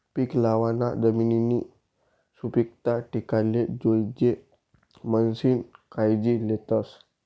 पीक लावाना जमिननी सुपीकता टिकाले जोयजे म्हणीसन कायजी लेतस